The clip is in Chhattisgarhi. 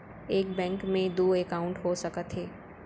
एक बैंक में दू एकाउंट हो सकत हे?